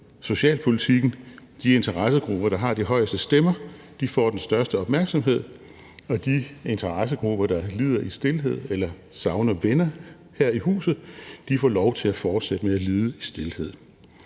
socialpolitikken: De interessegrupper, der har de højeste stemmer, får den største opmærksomhed, og de interessegrupper, der lider i stilhed eller savner venner her i huset, får lov til at fortsætte med at lide i stilhed.